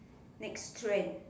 next trend